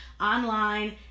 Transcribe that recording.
online